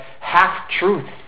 half-truth